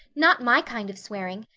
not my kind of swearing.